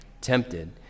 tempted